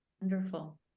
Wonderful